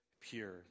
pure